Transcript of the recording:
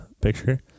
picture